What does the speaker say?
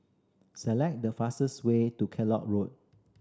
select the fastest way to Kellock Road